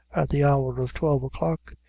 the hour of twelve o'clock,